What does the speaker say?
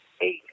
eight